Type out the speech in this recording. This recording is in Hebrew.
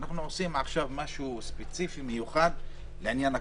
כאן אנחנו קובעים משהו ספציפי מיוחד לעניין הקורונה.